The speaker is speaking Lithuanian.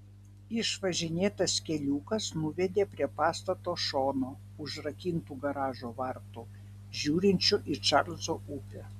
išvažinėtas keliukas nuvedė prie pastato šono užrakintų garažo vartų žiūrinčių į čarlzo upę